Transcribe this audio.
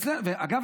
אגב,